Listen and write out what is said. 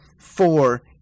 Four